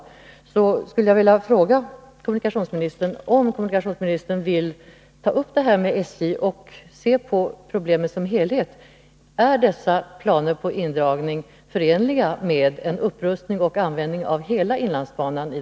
Jag skulle då vilja fråga kommunikationsministern om kommunikationsministern vill ta upp det här med SJ och därvid se på problemet som helhet: Är dessa planer på en indragning i det långa loppet förenliga med en upprustning och användning av hela inlandsbanan?